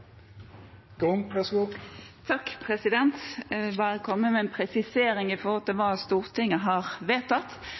vil komme med en presisering når det gjelder hva Stortinget har vedtatt.